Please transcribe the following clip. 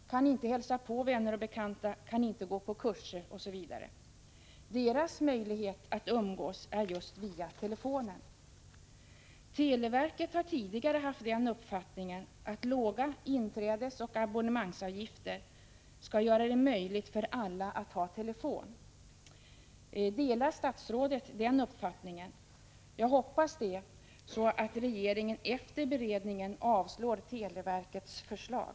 De kan inte hälsa på vänner och bekanta, de kan inte gå på kurser osv. Deras möjlighet att umgås är just telefonen. Televerket har tidigare haft den uppfattningen att låga inträdesoch abonnemangsavgifter skall göra det möjligt för alla att ha telefon. Delar statsrådet den uppfattningen? Jag hoppas det, så att regeringen efter beredningen avslår televerkets förslag.